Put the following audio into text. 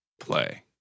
play